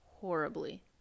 horribly